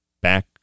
back